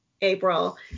April